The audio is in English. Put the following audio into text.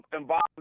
involved